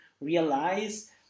realize